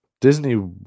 Disney